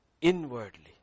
inwardly